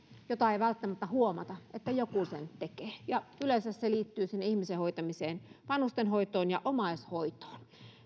josta ei välttämättä huomata että joku sen tekee ja yleensä se liittyy ihmisen hoitamiseen vanhustenhoitoon ja omaishoitoon